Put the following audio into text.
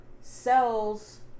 sells